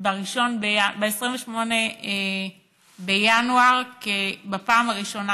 ב-28 בינואר בפעם הראשונה.